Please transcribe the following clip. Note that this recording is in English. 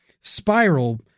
spiral